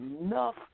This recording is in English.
enough